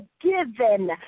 given